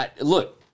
look